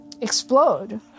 explode